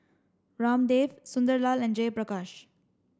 Ramdev Sunderlal and Jayaprakash